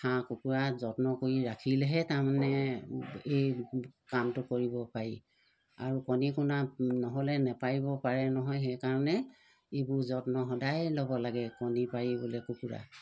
হাঁহ কুকুৰা যত্ন কৰি ৰাখিলেহে তাৰমানে এই কামটো কৰিব পাৰি আৰু কণী কোণা নহ'লে নেপাৰিব পাৰে নহয় সেইকাৰণে এইবোৰ যত্ন সদায় ল'ব লাগে কণী পাৰিবলৈ কুকুৰা